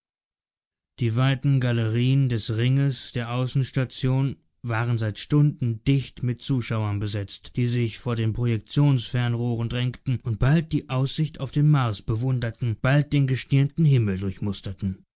die weiten galerien des ringes der außenstation waren seit stunden dicht mit zuschauern besetzt die sich vor den projektionsfernrohren drängten und bald die aussicht auf den mars bewunderten bald den gestirnten himmel